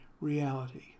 reality